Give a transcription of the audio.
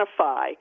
identify